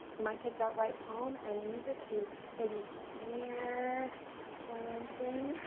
you might take that right palm and use it to maybe smear something.